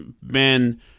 men